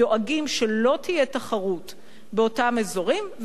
דואגים שלא תהיה תחרות באותם אזורים,